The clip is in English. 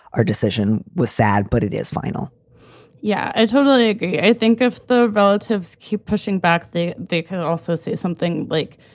our decision was sad, but it is final yeah, i totally agree. i think of the relatives keep pushing back. they they can also say something like,